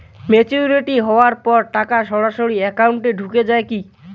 Maturity হওয়ার পর টাকা সরাসরি একাউন্ট এ ঢুকে য়ায় কি?